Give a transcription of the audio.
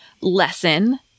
lesson